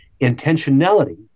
Intentionality